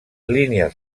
línies